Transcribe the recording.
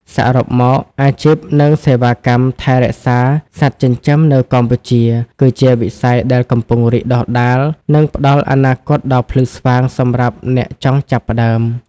សរុបមក អាជីព និងសេវាកម្មថែរក្សាសត្វចិញ្ចឹមនៅកម្ពុជា គឺជាវិស័យដែលកំពុងរីកដុះដាល និងផ្តល់អនាគតដ៏ភ្លឺស្វាងសម្រាប់អ្នកចង់ចាប់ផ្ដើម។